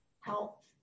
help